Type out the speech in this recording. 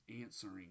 answering